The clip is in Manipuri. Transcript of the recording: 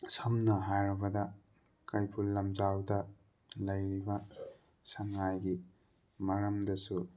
ꯁꯝꯅ ꯍꯥꯏꯔꯕꯗ ꯀꯩꯕꯨꯜ ꯂꯝꯖꯥꯎꯗ ꯂꯩꯔꯤꯕ ꯁꯉꯥꯏꯒꯤ ꯃꯔꯝꯗꯁꯨ